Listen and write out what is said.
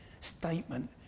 statement